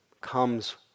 comes